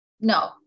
no